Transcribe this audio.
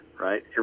right